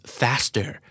faster